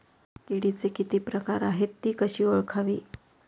किडीचे किती प्रकार आहेत? ति कशी ओळखावी?